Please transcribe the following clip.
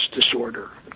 disorder